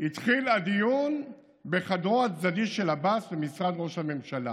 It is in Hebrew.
התחיל הדיון בחדרו הצדדי של עבאס במשרד ראש הממשלה,